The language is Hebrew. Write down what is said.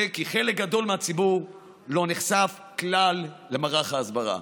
זה כי חלק גדול מהציבור לא נחשף כלל למערך ההסברה.